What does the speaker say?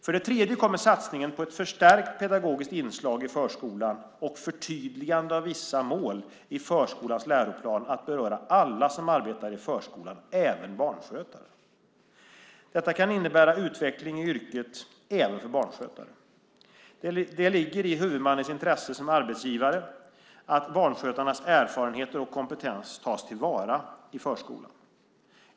För det tredje kommer satsningen på ett förstärkt pedagogiskt inslag i förskolan och förtydligande av vissa mål i förskolans läroplan att beröra alla som arbetar i förskolan, även barnskötare. Detta kan innebära utveckling i yrket även för barnskötare. Det ligger i huvudmannens intresse som arbetsgivare att barnskötarnas erfarenheter och kompetens tas till vara i förskolan.